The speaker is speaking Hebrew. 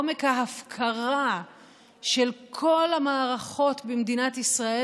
עומק ההפקרה של כל המערכות במדינת ישראל,